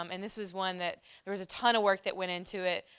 um and this was one that there was a ton of work that went into it,